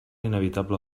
inevitable